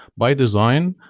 by design,